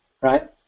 Right